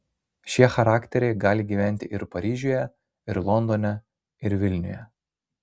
šie charakteriai gali gyventi ir paryžiuje ir londone ir vilniuje